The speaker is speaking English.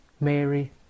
Mary